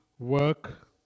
work